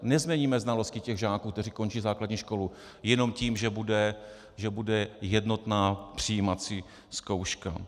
Nezměníme znalosti žáků, kteří končí základní školu, jenom tím, že bude jednotná přijímací zkouška.